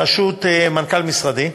בראשות מנכ"ל משרדי,